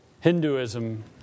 Hinduism